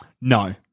No